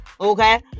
okay